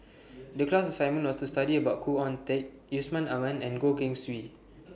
The class assignment was to study about Khoo Oon Teik Yusman Aman and Goh Keng Swee